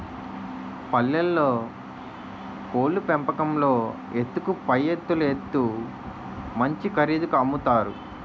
పల్లెల్లో కోళ్లు పెంపకంలో ఎత్తుకు పైఎత్తులేత్తు మంచి ఖరీదుకి అమ్ముతారు